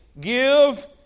give